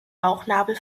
bauchnabel